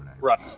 Right